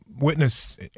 witness